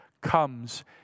comes